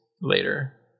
later